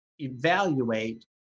evaluate